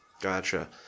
Gotcha